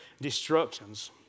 destructions